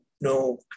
no